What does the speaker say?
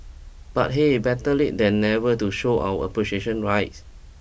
but hey better late than never to show our appreciation right